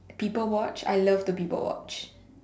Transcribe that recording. people watch I love to people watch